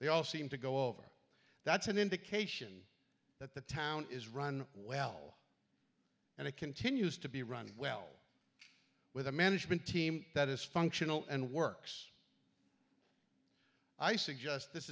they all seem to go over that's an indication that the town is run well and it continues to be run well with a management team that is functional and works i suggest this